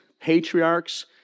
patriarchs